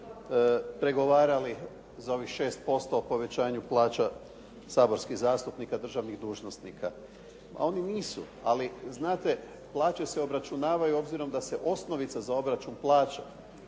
pregovarali za ovih 6% o povećanju plaća saborskih zastupnika, državnih dužnosnika. Oni nisu. Ali znate plaće se obračunavaju obzirom da se osnovica za obračun plaće